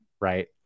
Right